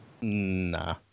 Nah